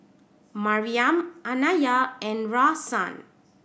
Mariam Anaya and Rahsaan